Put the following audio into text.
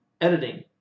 Editing